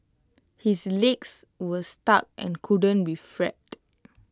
his legs was stuck and couldn't be freed